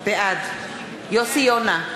בעד יוסי יונה,